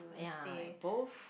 aiyar like a both